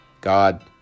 God